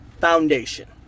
foundation